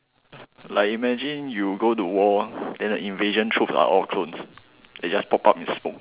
like imagine you go to war then the invasion troops are all clones they just pop up in smoke